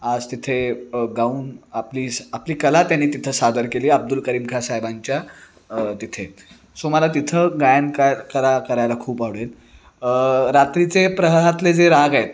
आज तिथे गाऊन आपली आपली कला त्यांनी तिथं सादर केली अब्दुल करीम खाँ साहेबांच्या तिथे सो मला तिथं गायन कायकला करायला खूप आवडेल रात्रीचे प्रहरातले जे राग आहेत